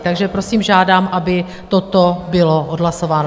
Takže prosím, žádám, aby toto bylo odhlasováno.